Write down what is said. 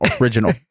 original